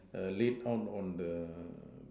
the late horns on the